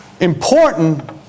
important